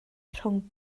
rhwng